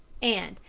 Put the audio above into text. and,